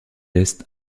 est